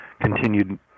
continued